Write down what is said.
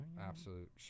Absolute